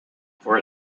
for